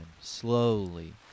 Slowly